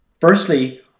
Firstly